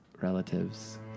relatives